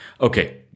Okay